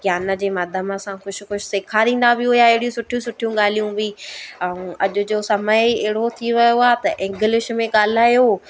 ज्ञान जे माध्यम सां कुझु कुझु सेखारींदा बि हुया अहिड़ी सुठियूं सुठियूं ॻाल्हियूं बि ऐं अॼु जो समय ई अहिड़ो थी वियो आहे त इंग्लिश में ॻाल्हायो